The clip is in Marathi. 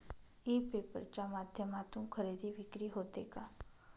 ई पेपर च्या माध्यमातून खरेदी विक्री होते का?